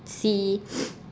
see